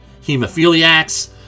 hemophiliacs